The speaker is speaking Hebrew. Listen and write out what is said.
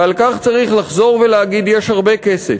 ועל כך צריך לחזור ולהגיד: יש הרבה כסף.